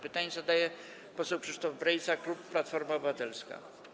Pytanie zadaje poseł Krzysztof Brejza, klub Platforma Obywatelska.